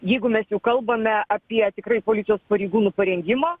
jeigu mes jau kalbame apie tikrai policijos pareigūnų parengimą